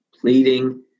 pleading